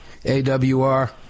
AWR